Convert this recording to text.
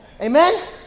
Amen